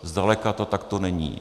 Zdaleka to tak není.